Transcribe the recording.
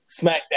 SmackDown